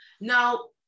Now